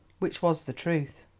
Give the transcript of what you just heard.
which was the truth.